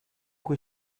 cui